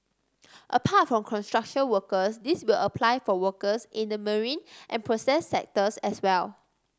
apart from construction workers this will apply for workers in the marine and process sectors as well